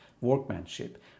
workmanship